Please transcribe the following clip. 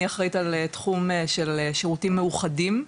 אני אחראית על תחום של שירותים מאוחדים.